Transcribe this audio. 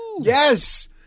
Yes